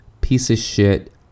piece-of-shit